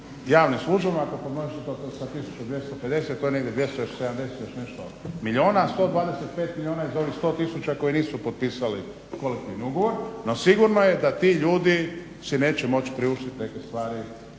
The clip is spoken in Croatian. javnim službama ako pomnožite to sa 1250, to je negdje 270 i nešto milijuna. 125 milijuna iz onih 100 tisuća koji nisu potpisali Kolektivni ugovor, no sigurno je da ti ljudi si neće moći priuštiti neke stvari